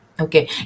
Okay